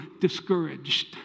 discouraged